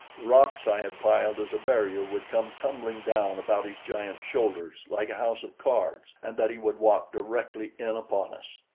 the rocks i had piled as a barrier would come tumbling down about his giant shoulders like a house of cards, and that he would walk directly in upon us.